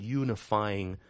unifying